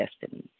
destiny